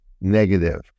negative